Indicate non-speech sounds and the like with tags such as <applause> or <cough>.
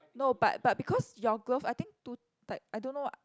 no but but because your glove I think too tight I don't know <noise>